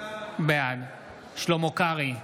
בעד שלמה קרעי,